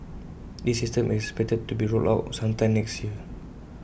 this system is expected to be rolled out sometime next year